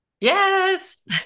yes